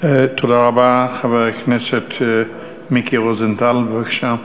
חבר הכנסת מיקי רוזנטל, בבקשה.